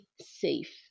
safe